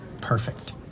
perfect